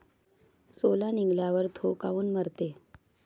सोला निघाल्यावर थो काऊन मरते?